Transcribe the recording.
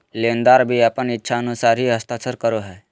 लेनदार भी अपन इच्छानुसार ही हस्ताक्षर करा हइ